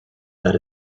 that